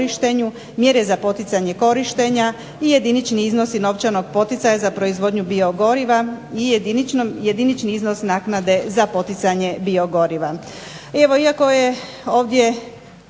mjere za poticanje korištenja i jedinični iznosi novčanog poticaja za proizvodnju biogoriva i jedinični iznos naknade za poticanje biogoriva.